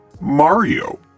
Mario